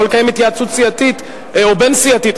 לקיים התייעצות סיעתית או בין-סיעתית,